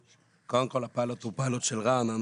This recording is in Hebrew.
קודם כל הפיילוט הוא פיילוט של רע"ן.